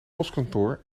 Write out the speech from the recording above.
postkantoor